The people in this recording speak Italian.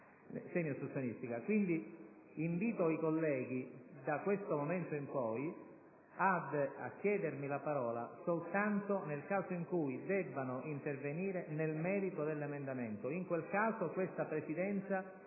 quindi i colleghi, da questo momento in poi, a chiedermi la parola soltanto nel caso in cui debbano intervenire nel merito dell'emendamento: in quel caso questa Presidenza